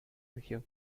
región